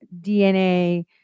DNA